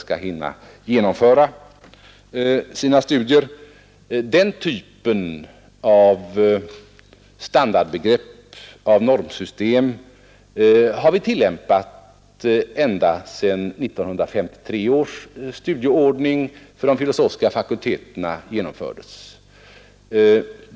Det mått vi nu använder har tillämpats ända sedan 1953 års studieordning för de filosofiska fakulteterna genomfördes.